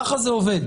ככה זה עובד.